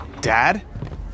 Dad